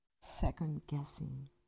second-guessing